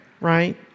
Right